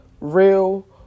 real